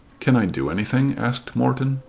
can i do anything? asked morton.